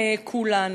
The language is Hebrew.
כולנו.